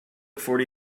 forty